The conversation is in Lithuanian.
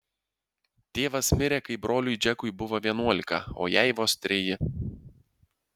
tėvas mirė kai broliui džekui buvo vienuolika o jai vos treji